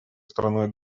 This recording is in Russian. страной